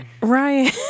Ryan